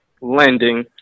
lending